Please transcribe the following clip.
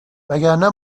وگرنه